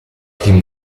team